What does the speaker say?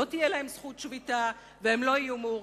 לא תהיה להם זכות שביתה והם לא יהיו מאורגנים.